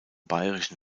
bayerischen